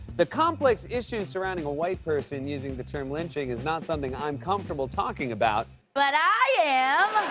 the complex issues surrounding a white person using the term lynching is not something i'm comfortable talking about. but i am!